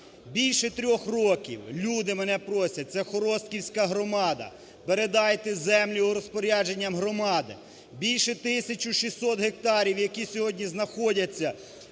Більше трьох років люди мене просять, це Хоростківська громада, передайте землі у розпорядження громади. Більше 1600 гектарів, які сьогодні знаходяться